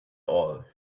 all